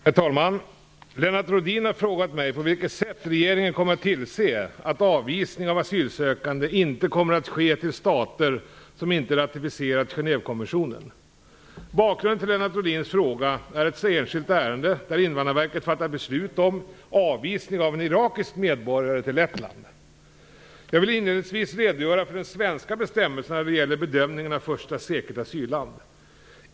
Herr talman! Lennart Rohdin har frågat mig på vilket sätt regeringen kommer att tillse att avvisning av asylsökande inte kommer att ske till stater som inte ratificerat Genèvekonventionen. Bakgrunden till Lennart Rohdins fråga är ett enskilt ärende där Invandrarverket fattat beslut om avvisning av en irakisk medborgare till Lettland. Jag vill inledningsvis redogöra för de svenska bestämmelserna när det gäller bedömningen av första säkert asylland.